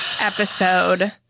episode